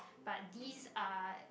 but these are